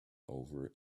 over